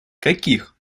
каких